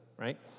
right